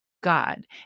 God